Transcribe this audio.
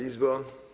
Izbo!